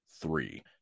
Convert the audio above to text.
Three